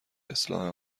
اصلاح